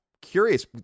Curious